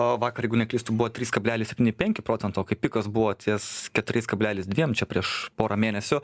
vakar jeigu neklystu buvo trys kablelis septyni penki procento kai pikas buvo ties keturiais kablelis dviem čia prieš porą mėnesių